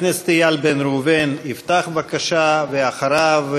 חבר הכנסת איל בן ראובן יפתח, בבקשה, ואחריו,